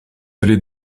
aller